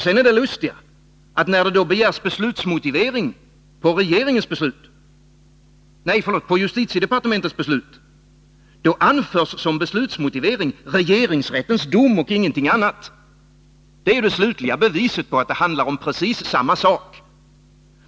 Det lustiga är, att när det sedan begärs beslutsmotivering på justitiedepartementets beslut, så anförs som beslutsmotivering regeringsrättens dom och ingenting annat. Det är det slutliga beviset på att det handlar om precis samma sak.